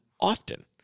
often